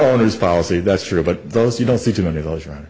on his policy that's true but those you don't see too many of those